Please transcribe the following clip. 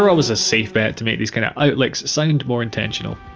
are always a safe bet to make these kind of out licks sound more intentional.